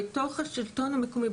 בתוך השלטון המקומי,